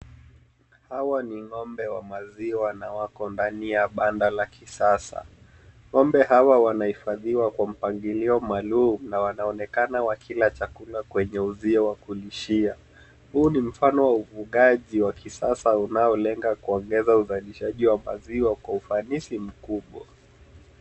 Hawa ni ng'ombe wa maziwa na wako ndani ya banda la kisasa. Ng'ombe hawa wanahifadhiwa kwa mpangilio maalum na wanaonekana wakila chakula kwenye uzio wa kulishia. Huu ni mfano wa ufugaji wa kisasa unaolenga kuongeza uzalishaji wa maziwa kwa ufanisi mkubwa.